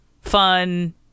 fun